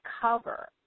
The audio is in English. cover